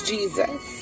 Jesus